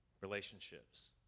relationships